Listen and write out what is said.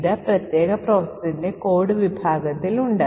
ഇത് പ്രത്യേക പ്രോസസിന്റെ കോഡ് വിഭാഗത്തിൽ ഉണ്ട്